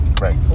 Right